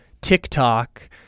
TikTok